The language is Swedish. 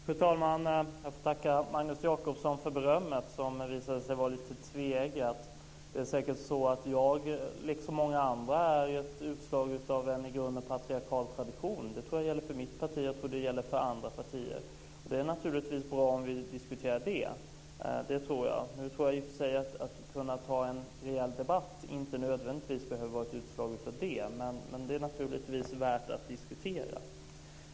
Fru talman! Jag får tacka Magnus Jacobsson för berömmet, som visade sig vara lite tveeggat. Det är säkert så att jag liksom många andra här är ett utslag av en i grunden patriarkalisk tradition. Det tror jag gäller för både mitt parti och andra partier. Det är naturligtvis bra om vi diskuterar det. Att kunna ta en rejäl debatt tror jag dock i och för sig inte nödvändigtvis behöver vara ett utslag av detta, men det är naturligtvis värt att diskutera.